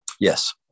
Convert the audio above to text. Yes